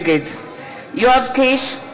נגד יואב קיש,